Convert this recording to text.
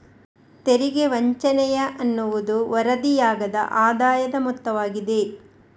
ತೆರಿಗೆ ವಂಚನೆಯ ಅನ್ನುವುದು ವರದಿಯಾಗದ ಆದಾಯದ ಮೊತ್ತವಾಗಿದೆ